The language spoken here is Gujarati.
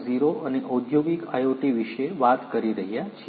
0 અને ઔદ્યોગિક IoT વિશે વાત કરી રહ્યા છીએ